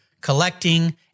collecting